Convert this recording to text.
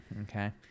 Okay